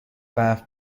برف